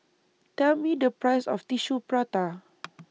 Tell Me The Price of Tissue Prata